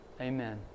Amen